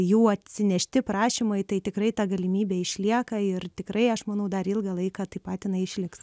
jų atsinešti prašymai tai tikrai ta galimybė išlieka ir tikrai aš manau dar ilgą laiką tai patiną išliks